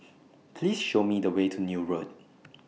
Please Show Me The Way to Neil Road